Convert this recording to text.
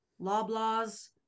Loblaws